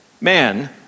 Man